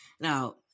Now